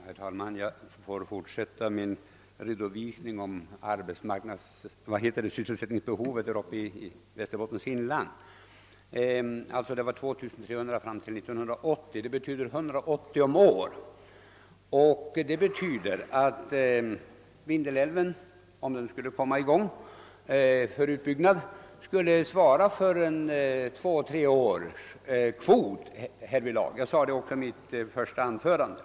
Herr talman! Jag får fortsätta min redovisning av sysselsättningsbehovet i Västerbottens inland. Det var 2 300 fram till 1980, d.v.s. 180 om året. Det betyder att Vindelälven, om utbyggnaden nu skulle komma i gång, skulle svara för en kvot på två eller tre år härvidlag. Detta sade jag också i mitt första anförande.